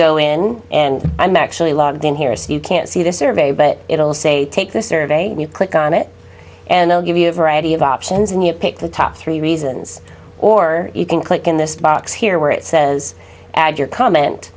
go in and i'm actually logged in here so you can see this survey but it'll say take this survey you click on it and they'll give you a variety of options and you pick the top three reasons or you can click in this box here where it says add your comment